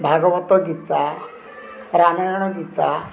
Bhagavata Gita Ramayana Gita